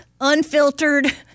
Unfiltered